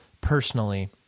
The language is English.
personally